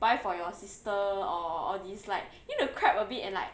buy for your sister or all these like you need to crap a bit and like